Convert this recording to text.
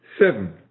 seven